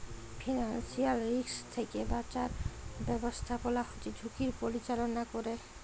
financial risk থ্যাইকে বাঁচার ব্যবস্থাপলা হছে ঝুঁকির পরিচাললা ক্যরে